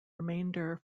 remainder